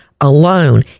alone